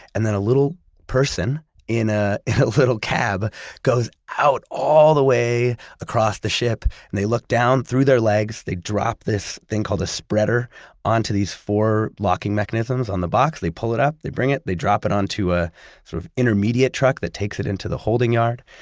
and then a little person in a little cab goes out all the way across the ship, and they look down through their legs. they drop this thing called a spreader onto these four locking mechanisms on the box. they pull it up, they bring it, they drop it onto a sort of intermediate truck that takes it into the holding yard.